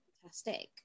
fantastic